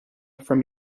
from